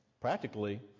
practically